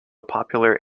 popular